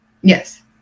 Yes